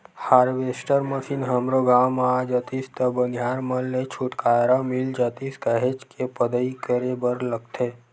harvester machine हमरो गाँव म आ जातिस त बनिहार मन ले छुटकारा मिल जातिस काहेच के पदई करे बर लगथे